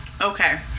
Okay